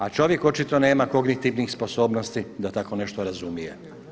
A čovjek očito nema kongitivnih sposobnosti da tako nešto razumije.